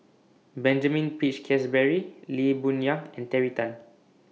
Benjamin Peach Keasberry Lee Boon Yang and Terry Tan